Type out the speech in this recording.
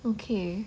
okay